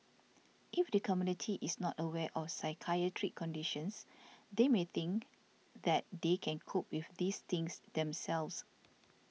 if the community is not aware of psychiatric conditions they may think that they can cope with these things themselves